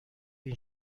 این